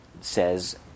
says